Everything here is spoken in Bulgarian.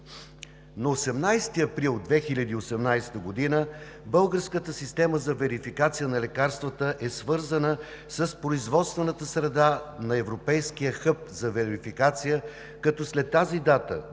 На 18 април 2018 г. Българската система за верификация на лекарствата е свързана с производствената среда на Европейския хъб за верификация. След тази дата